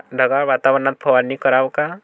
ढगाळ वातावरनात फवारनी कराव का?